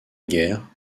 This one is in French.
guerre